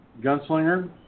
Gunslinger